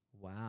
wow